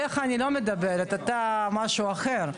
עליך אני לא מדברת אתה משהו אחר,